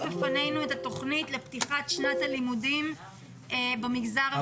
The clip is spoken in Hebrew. בפנינו את התוכנית לפתיחת שנת הלימודים במגזר החרדי.